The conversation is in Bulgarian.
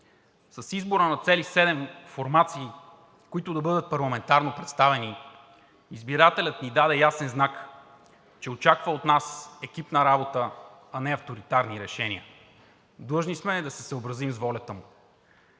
С избора на цели седем формации, които да бъдат парламентарно представени, избирателят ни даде ясен знак, че очаква от нас екипна работа, а не авторитарни решения. Длъжни сме да се съобразим с волята му.